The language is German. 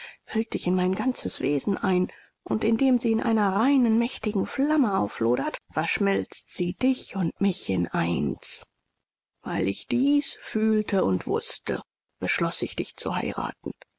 hüllt dich in mein ganzes wesen ein und indem sie in einer reinen mächtigen flamme auflodert verschmilzt sie dich und mich in eins weil ich dies fühlte und wußte beschloß ich dich zu heiraten